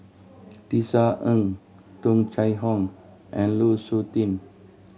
Tisa Ng Tung Chye Hong and Lu Suitin